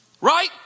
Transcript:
Right